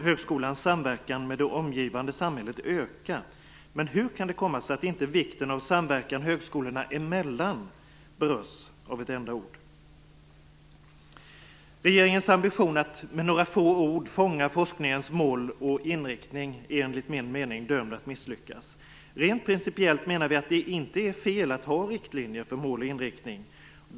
Högskolans samverkan med det omgivande samhället skall förvisso öka, men hur kan det komma sig att vikten av samverkan högskolorna emellan inte berörs med ett enda ord? Regeringens ambition att med några få ord fånga forskningens mål och inriktning är enligt min mening dömd att misslyckas. Rent principiellt menar vi att det inte är fel att ha riktlinjer för mål och inriktning.